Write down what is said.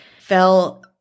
fell